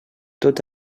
tot